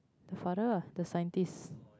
the father lah the scientist